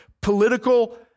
political